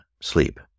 Sleep